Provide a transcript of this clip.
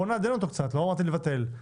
לא אמרתי לבטל.